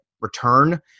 return